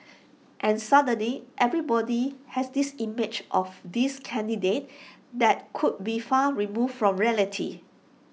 and suddenly everybody has this image of this candidate that could be far removed from reality